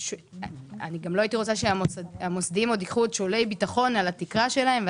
גם לא הייתי רוצה שהמוסדיים ייקחו שולי ביטחון על התקרה שלהם,